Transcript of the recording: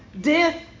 death